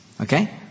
Okay